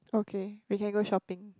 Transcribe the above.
okay we can go shopping